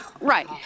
Right